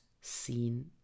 seen